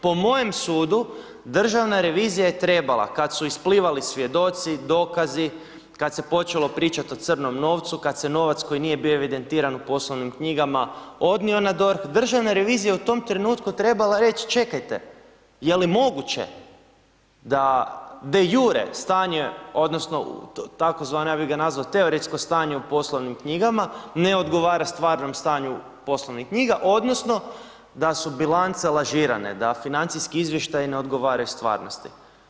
Po mojem sudu državna revizija je trebala kada su isplivali svjedoci, dokazi, kada se počelo pričati o crnom novcu, kada se novac koji nije bio evidentiran u poslovnim knjigama odnio na DORH državna revizija je u tom trenutku trebala reći – čekajte, je li moguće da de iure stanje odnosno tzv. - ja bih ga nazvao teoretsko stanje - u poslovnim knjigama ne odgovara stvarnom stanju poslovnih knjiga odnosno da su bilance lažirane, da financijski izvještaji ne odgovaraju stvarnosti.